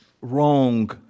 wrong